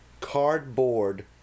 Cardboard